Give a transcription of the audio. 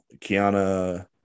Kiana